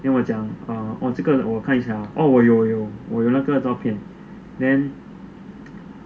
then 我讲 orh err 这个我看一下 orh 我有我有那个照片 then 他就 err